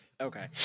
okay